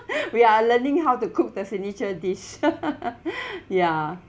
we are learning how to cook the signature dish ya